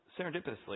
Serendipitously